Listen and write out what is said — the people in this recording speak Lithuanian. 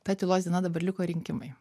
ta tylos diena dabar liko rinkimai